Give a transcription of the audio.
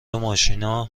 ماشینا